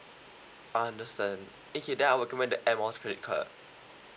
understand okay then I recommend that Air Miles credit card